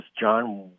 John